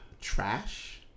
trash